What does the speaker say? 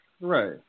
Right